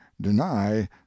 deny